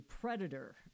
predator